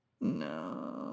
no